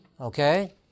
Okay